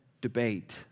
debate